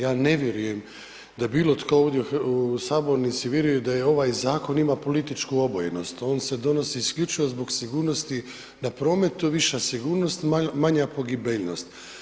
Ja ne vjerujem da bilo tko ovdje u sabornici vjeruje da ovaj zakon ima političku obojenost, on se donosi isključivo zbog sigurnosti da prometu viša sigurnost, manja pogibeljnost.